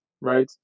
right